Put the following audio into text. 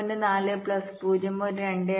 4 plus 0